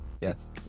yes